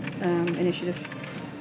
initiative